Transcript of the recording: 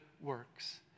works